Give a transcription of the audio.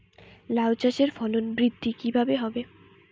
লাউ চাষের ফলন বৃদ্ধি কিভাবে হবে?